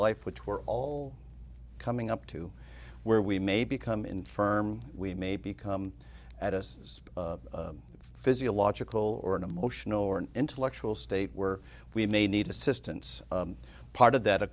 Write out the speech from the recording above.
life which we're all coming up to where we may become infirm we may become at as a physiological or an emotional or an intellectual state where we may need assistance part of that of